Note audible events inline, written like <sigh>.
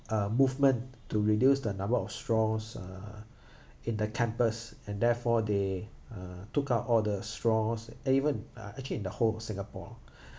uh movement to reduce the number of straws uh <breath> in the campus and therefore they uh took out all the straws even uh actually in the whole of singapore <breath>